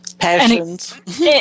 passions